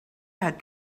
have